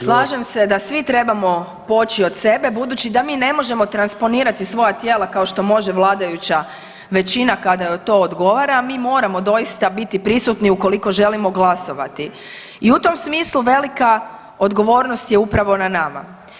Slažem se da svi trebamo poći od sebe budući da mi ne možemo transponirati svoja tijela kao što može vladajuća većina kada joj to odgovara, mi moramo doista biti prisutni ukoliko želimo glasovati i u tom smislu velika odgovornost je upravo na nama.